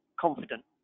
confident